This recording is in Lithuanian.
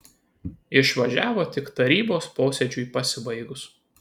išvažiavo tik tarybos posėdžiui pasibaigus